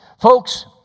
Folks